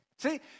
See